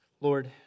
Lord